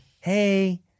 hey